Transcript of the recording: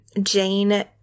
Jane